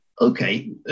Okay